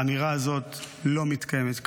האמירה הזאת לא מתקיימת כאן.